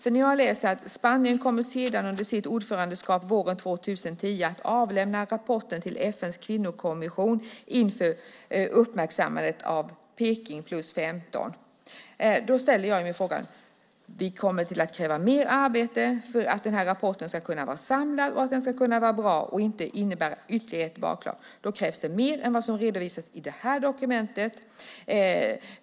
I svaret står: "Spanien kommer sedan under sitt ordförandeskap, våren 2010, att lämna rapporten till FN:s kvinnokommission inför uppmärksammandet av Peking + 15." Då kommer vi att kräva mer arbete för att den här rapporten ska kunna vara samlad och att den ska kunna vara bra och inte innebära ytterligare ett bakslag. Då krävs det mer än vad som redovisas i detta dokument.